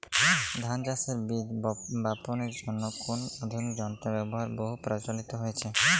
ধান চাষের বীজ বাপনের জন্য কোন আধুনিক যন্ত্রের ব্যাবহার বহু প্রচলিত হয়েছে?